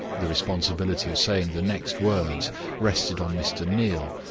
the responsibility of saying the next words rested on mr. neal,